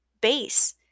base